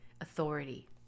authority